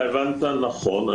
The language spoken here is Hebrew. אתה הבנת נכון.